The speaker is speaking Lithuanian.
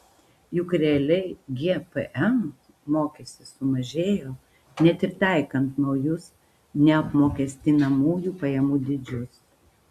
juk realiai gpm mokestis sumažėjo net ir taikant naujus neapmokestinamųjų pajamų dydžius